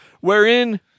wherein